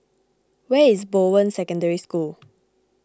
where is Bowen Secondary School